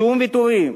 שום ויתורים.